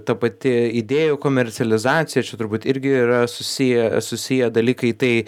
ta pati idėjų komercializaciją čia turbūt irgi yra susiję susiję dalykai tai